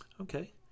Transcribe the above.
Okay